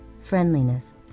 friendliness